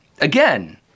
Again